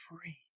free